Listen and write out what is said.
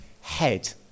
head